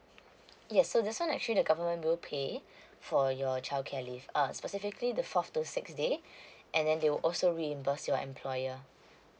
yes this one actually the government will pay for your childcare leave um specifically the fourth to sixth day and then they will also reimburse your employer